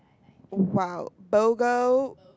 !wow! bogo